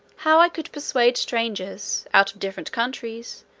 how i could persuade strangers, out of different countries,